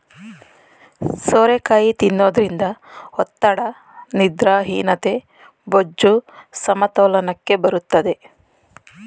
ಸೋರೆಕಾಯಿ ತಿನ್ನೋದ್ರಿಂದ ಒತ್ತಡ, ನಿದ್ರಾಹೀನತೆ, ಬೊಜ್ಜು, ಸಮತೋಲನಕ್ಕೆ ಬರುತ್ತದೆ